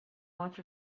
much